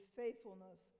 faithfulness